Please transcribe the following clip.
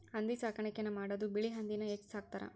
ಹಂದಿ ಸಾಕಾಣಿಕೆನ ಮಾಡುದು ಬಿಳಿ ಹಂದಿನ ಹೆಚ್ಚ ಸಾಕತಾರ